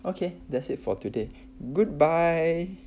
okay that's it for today goodbye